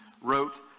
wrote